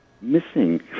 missing